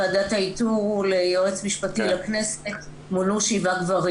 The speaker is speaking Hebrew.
ועדת האיתור ליועץ משפטי לכנסת מונו שבעה גברים.